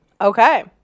Okay